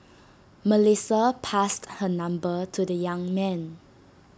Melissa passed her number to the young man